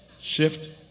Shift